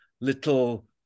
little